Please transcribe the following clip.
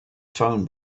phone